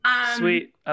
Sweet